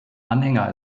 anhänger